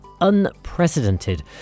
Unprecedented